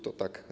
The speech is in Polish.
To tak